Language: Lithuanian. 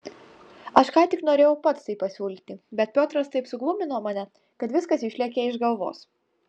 aš ką tik norėjau pats tai pasiūlyti bet piotras taip suglumino mane kad viskas išlėkė iš galvos